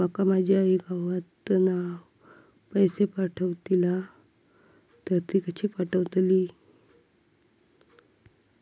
माका माझी आई गावातना पैसे पाठवतीला तर ती कशी पाठवतली?